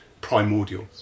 primordial